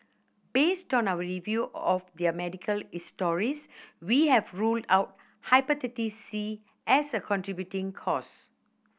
based on our review of their medical histories we have ruled out Hepatitis C as a contributing cause